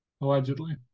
allegedly